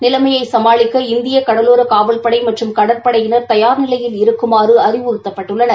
நிலைமைய சமாளிக்க இந்திய கடலோர காவல்படை மற்றும் கடற்படையினா் தயாா் நிலயில் இருக்குமாறு அறிவுறுத்தப்பட்டுள்ளனர்